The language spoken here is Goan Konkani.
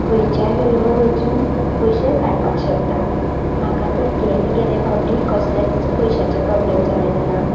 खंयच्याय वेळार वचून पयशे काडपाक शकता म्हाका तर गेल्ले गेल्ले पावटी कसलेंच पयश्यांचे प्रोब्लेम जालेच ना